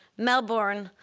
melbourne,